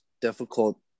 difficult